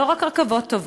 לא רק רכבות טובות,